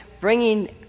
bringing